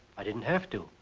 i didn't have to.